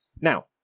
Now